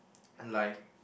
like